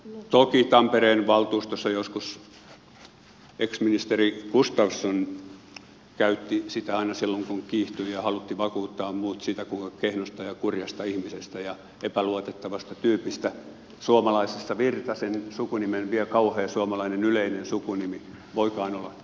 toki tampereen valtuustossa joskus ex ministeri gustafsson käytti sitä aina silloin kun kiihtyi ja halusi vakuuttaa muut siitä kuinka kehnosta ja kurjasta ihmisestä ja epäluotettavasta tyypistä suomalaisessa virtasessa vielä kauhea suomalainen yleinen sukunimi voikaan olla kyse